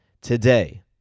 today